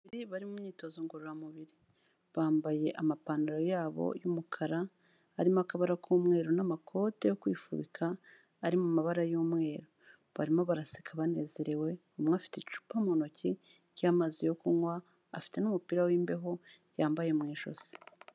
Ababyeyi bari mu myitozo ngororamubiri, bambaye amapantaro y'abo y'umukara arimo akabara k'umweru n'amakoti yo kwifubika ari mu mabara y'umweru, barimo baraseka banezerewe, umwe afite icupa mu ntoki ry'amazi yo kunywa afite n'umupira w'imbeho yambaye mu ijosi.